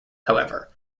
however